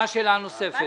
מה השאלה הנוספת?